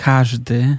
Każdy